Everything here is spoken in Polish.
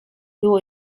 było